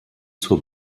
zur